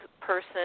person